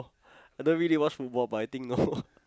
I dunno really they watch football but I think no